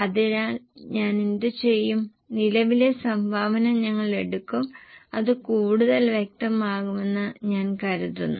അതിനാൽ ഞാൻ എന്തുചെയ്യും നിലവിലെ സംഭാവന ഞങ്ങൾ എടുക്കും അത് കൂടുതൽ വ്യക്തമാകുമെന്ന് ഞാൻ കരുതുന്നു